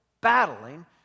battling